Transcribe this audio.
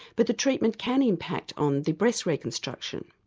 but a treatment can impact on the breast reconstruction,